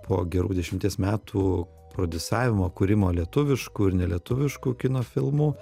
po gerų dešimties metų prodiusavimo kūrimo lietuviškų ir nelietuviškų kino filmų